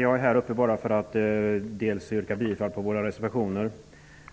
Herr talman! Jag vill yrka bifall till våra reservationer